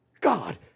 God